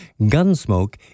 Gunsmoke